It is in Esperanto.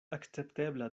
akceptebla